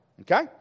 Okay